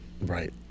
right